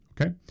Okay